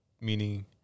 meaning